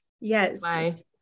yes